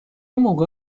موقع